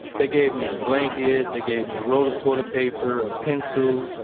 they gave me a blanket. they gave me a roll of toilet paper, a pencil,